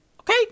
okay